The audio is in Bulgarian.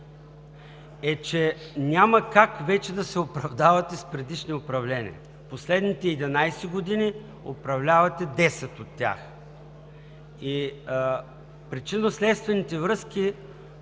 е, че няма как вече да се оправдавате с предишни управления. От последните 11 години управлявате 10 и от причинно-следствените връзки,